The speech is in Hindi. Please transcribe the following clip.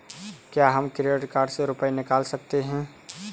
क्या हम क्रेडिट कार्ड से रुपये निकाल सकते हैं?